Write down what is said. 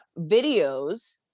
videos